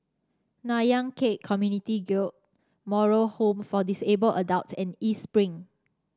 Nanyang Khek Community Guild Moral Home for Disabled Adults and East Spring